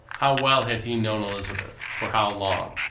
how well had he known elizabeth? for how long?